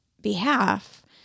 behalf